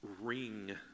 ring